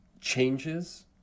changes